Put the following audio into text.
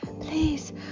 Please